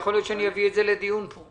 יכול להיות שאביא את זה לדיון פה.